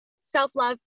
self-love